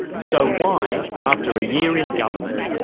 so why, after a year in government,